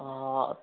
অ